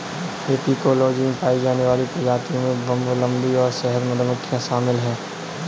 apicology में पाई जाने वाली प्रजातियों में बंबलबी और शहद मधुमक्खियां शामिल हैं